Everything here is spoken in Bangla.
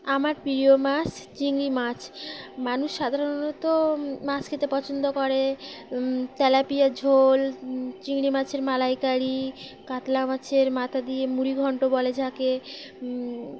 আমার প্রিয় মাছ চিংড়ি মাছ মানুষ সাধারণত মাছ খেতে পছন্দ করে তেলাপিয়ার ঝোল চিংড়ি মাছের মালাইকারি কাতলা মাছের মাথা দিয়ে মুড়ি ঘণ্ট বলে যাকে